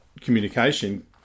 communication